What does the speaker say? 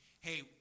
hey